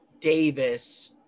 Davis